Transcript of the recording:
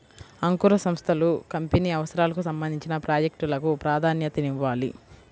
అంకుర సంస్థలు కంపెనీ అవసరాలకు సంబంధించిన ప్రాజెక్ట్ లకు ప్రాధాన్యతనివ్వాలి